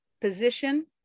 position